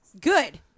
good